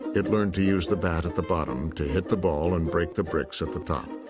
it learned to use the bat at the bottom to hit the ball and break the bricks at the top.